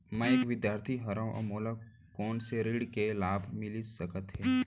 मैं एक विद्यार्थी हरव, मोला कोन से ऋण के लाभ मिलिस सकत हे?